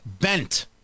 bent